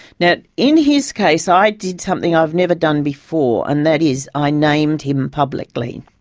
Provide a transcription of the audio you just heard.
now in his case, i did something i've never done before and that is, i named him publicly,